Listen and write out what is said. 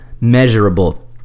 measurable